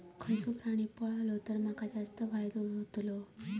खयचो प्राणी पाळलो तर माका जास्त फायदो होतोलो?